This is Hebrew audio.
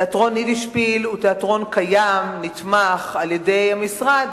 תיאטרון "יידישפיל" הוא תיאטרון קיים ונתמך על-ידי המשרד.